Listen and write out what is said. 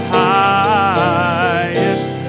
highest